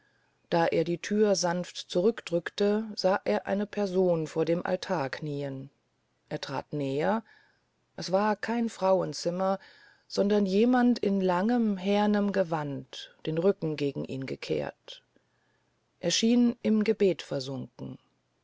da er die thür sanft zurückdrückte sah er eine person vor dem altar knien er trat näher es war kein frauenzimmer sondern jemand in langem härnen gewande den rücken gegen ihn gekehrt er schien im gebet versunken